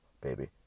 baby